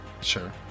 Sure